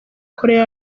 koreya